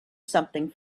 something